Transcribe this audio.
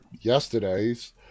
yesterday's